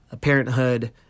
parenthood